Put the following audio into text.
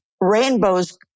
rainbows